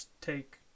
take